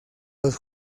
los